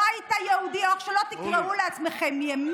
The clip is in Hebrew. הבית היהודי או איך שלא תקראו לעצמכם, אורלי.